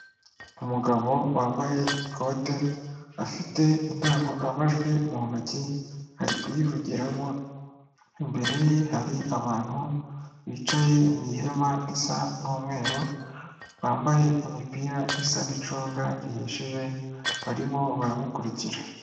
Umugabo wambaye ikote afite indangururamajwi mu ntoki ari kuyivugiramo, imbere ye hari abantu bicaye mu ihema risa n'umweru, bambaye imipira isa n'icunga rihishije barimo baramukurikira.